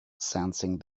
sensing